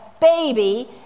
baby